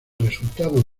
resultado